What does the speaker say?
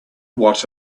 what